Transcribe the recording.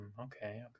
okay